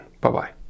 Bye-bye